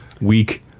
weak